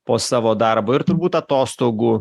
po savo darbo ir turbūt atostogų